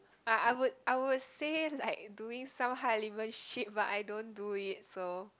uh I would I would say like doing some high element shit but I don't do it so